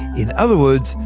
in other words,